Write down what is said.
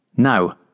Now